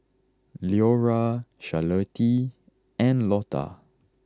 Leora Charlottie and Lotta